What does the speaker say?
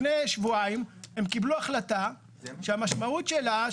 לפני שבועיים הם קיבלו החלטה שהמשמעות שלה,